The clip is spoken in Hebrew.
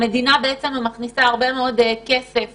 המדינה מכניסה הרבה כסף